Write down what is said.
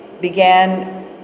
began